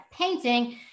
painting